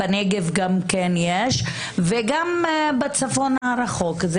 יש גם בנגב וגם בצפון הרחוק.